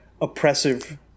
oppressive